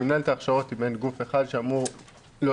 מינהלת ההכשרות היא מעין גוף אחד שאמור להוסיף